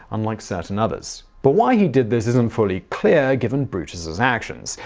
unlike certain others. but why he did this isn't fully clear, given brutus' actions.